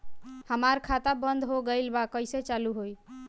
हमार खाता बंद हो गइल बा कइसे चालू होई?